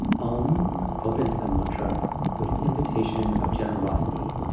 om opens the mantra with an invitation of generosity.